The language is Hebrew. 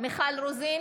מיכל רוזין,